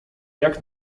jak